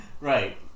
Right